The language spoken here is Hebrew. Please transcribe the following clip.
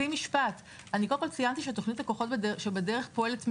קודם כל ציינתי שתוכנית ה"כוחות שבדרך" פועלת מ-א'